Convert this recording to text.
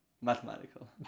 mathematical